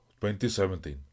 2017